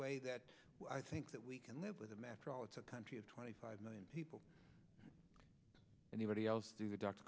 way that i think that we can live with him after all it's a country of twenty five million people anybody else the d